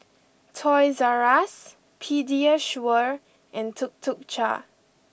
Toys R Us Pediasure and Tuk Tuk Cha